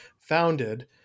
founded